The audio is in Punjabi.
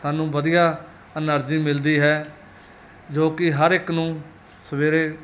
ਸਾਨੂੰ ਵਧੀਆ ਐਨਰਜੀ ਮਿਲਦੀ ਹੈ ਜੋ ਕਿ ਹਰ ਇੱਕ ਨੂੰ ਸਵੇਰੇ